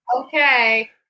Okay